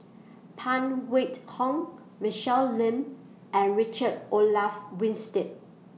Phan Wait Hong Michelle Lim and Richard Olaf Winstedt